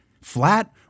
flat